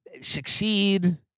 succeed